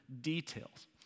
details